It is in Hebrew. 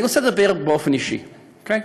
אני רוצה לדבר באופן אישי, אוקיי?